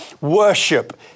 worship